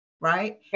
right